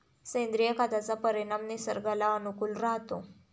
सेंद्रिय खताचा परिणाम निसर्गाला अनुकूल राहतो